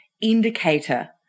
indicator